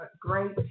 great